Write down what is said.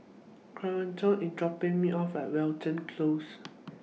Kourtney IS dropping Me off At Wilton Close